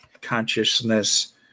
consciousness